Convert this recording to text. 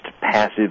passive